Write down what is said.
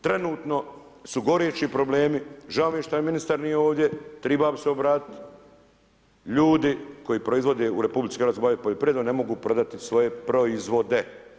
Trenutno su goreći problemi, žao mi je što ministar nije ovdje, trebao bi se obratiti, ljudi koji proizvode u RH se bave poljoprivredom, ne mogu prodati svoje proizvode.